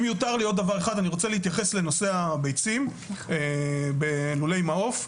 אני רוצה להתייחס לנושא הביצים בלולי מעוף.